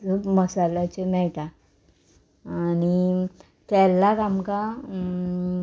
मसाल्याचे मेळटा आनी केरलाक आमकां